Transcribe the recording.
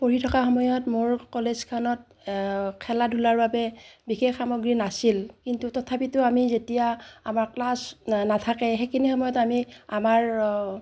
পঢ়ি থকা সময়ত মোৰ কলেজখনত খেলা ধূলাৰ বাবে বিশেষ সামগ্ৰী নাছিল কিন্তু তথাপিতো আমি যেতিয়া আমাৰ ক্লাছ নাথাকে সেইখিনি সময়ত আমি আমাৰ